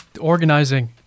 organizing